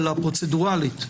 התעוררה טענה, הוא רשאי לדחות.